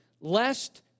lest